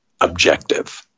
objective